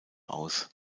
aus